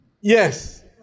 Yes